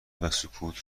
وسکوت